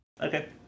Okay